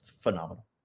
phenomenal